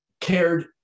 cared